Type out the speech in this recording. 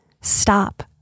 Stop